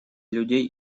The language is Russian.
людей